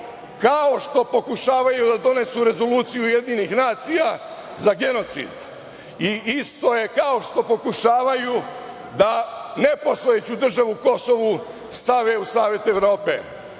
kao što pokušavaju da donesu rezoluciju UN za genocid i isto je kao što pokušavaju da nepostojeću državu Kosovo stave u Savet Evrope.